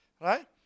right